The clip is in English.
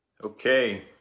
Okay